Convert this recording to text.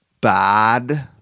bad